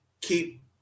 keep